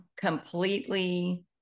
completely